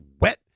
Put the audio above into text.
wet